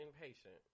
impatient